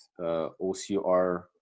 OCR